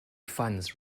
funds